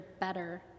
better